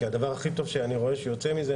כי הדבר הכי טוב שאני רואה שיוצא מזה,